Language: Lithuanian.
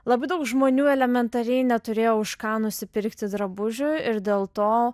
labai daug žmonių elementariai neturėjo už ką nusipirkti drabužių ir dėl to